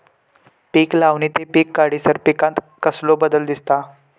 पीक लावणी ते पीक काढीसर पिकांत कसलो बदल दिसता?